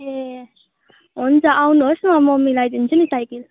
ए हुन्छ आउनुहोस् न म मिलाइदिन्छु नि साइकिल